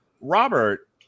Robert